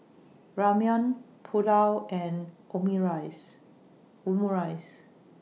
Ramen Pulao and Omurice